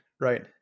right